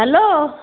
hello